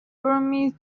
burmese